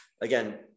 Again